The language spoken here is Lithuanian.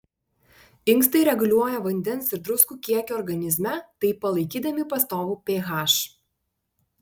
inkstai reguliuoja vandens ir druskų kiekį organizme taip palaikydami pastovų ph